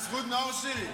בזכות נאור שירי.